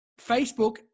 Facebook